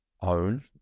own